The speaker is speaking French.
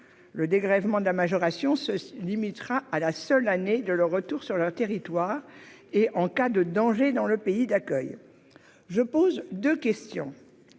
le dégrèvement de la majoration sera limité à la seule année du retour sur le territoire et seulement en cas de danger dans le pays d'accueil. Je poserai deux questions.